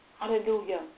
Hallelujah